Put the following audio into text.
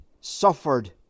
suffered